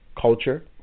culture